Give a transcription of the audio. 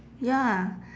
ya